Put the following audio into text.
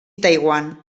taiwan